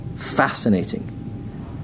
fascinating